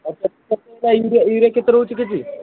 you urea କେତେ ରହୁଛି KG